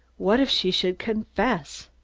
what if she should confess?